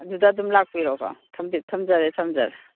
ꯑꯗꯨꯗ ꯑꯗꯨꯝ ꯂꯥꯛꯄꯤꯔꯣꯀꯣ ꯊꯝꯖꯔꯦ ꯊꯝꯖꯔꯦ